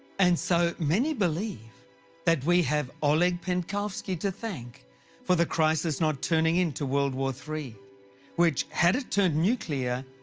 and so many believe that we have oleg penkovsky to thank for the crisis not turning into world war iii which, had it turned nuclear,